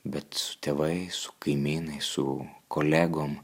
bet su tėvais su kaimynais su kolegom